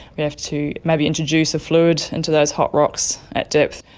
we have to maybe introduce a fluid into those hot rocks at depth,